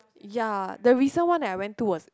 ya the recent one that I went to was